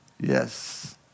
Yes